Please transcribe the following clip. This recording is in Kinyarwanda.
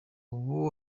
ubu